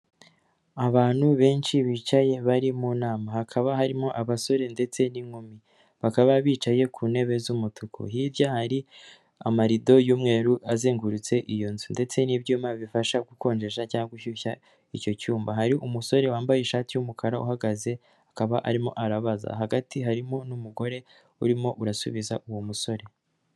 Abantu benshi bicaye bari mu nama hakaba harimo abasore ndetse n'inkumi, bakaba bicaye ku ntebe z'umutuku hirya hari amarido y'umweru azengurutse iyo nzu ndetse n'ibyuma bifasha gukonjesha cyangwa gushyushya icyo cyuma, hari umusore wambaye ishati y'umukara uhagaze akaba arimo arabaza, hagati harimo n'umugore urimo urasubiza uwo musore.